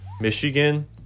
michigan